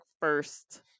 first